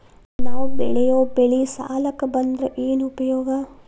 ನಾವ್ ಬೆಳೆಯೊ ಬೆಳಿ ಸಾಲಕ ಬಂದ್ರ ಏನ್ ಉಪಯೋಗ?